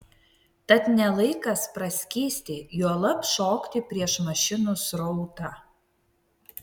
tad ne laikas praskysti juolab šokti prieš mašinų srautą